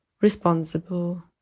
responsible